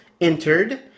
entered